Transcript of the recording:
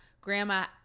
Grandma